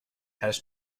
has